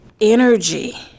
energy